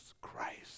Christ